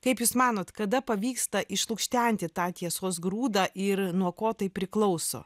kaip jūs manot kada pavyksta išlukštenti tą tiesos grūdą ir nuo ko tai priklauso